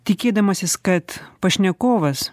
tikėdamasis kad pašnekovas